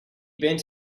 bent